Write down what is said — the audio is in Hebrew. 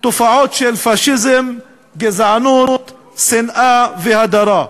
תופעות של פאשיזם, גזענות, שנאה והדרה.